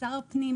שר הפנים